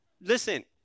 listen